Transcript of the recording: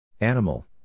Animal